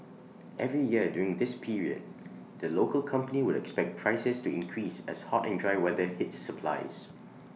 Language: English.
every year during this period the local company would expect prices to increase as hot and dry weather hits supplies